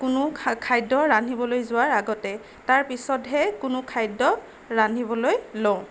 কোনো খাদ্য ৰান্ধিবলৈ যোৱাৰ আগতে তাৰপিছতহে কোনো খাদ্য ৰান্ধিবলৈ লওঁ